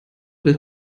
will